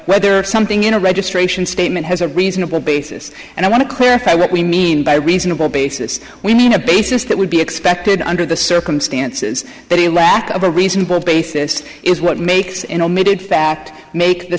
whether something in a registration statement has a reasonable basis and i want to clarify what we mean by reasonable basis we need a basis that would be expected under the circumstances that a lack of a reasonable basis is what makes in omitted fact make the